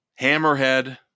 hammerhead